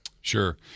Sure